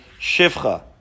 shivcha